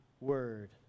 word